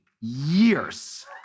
years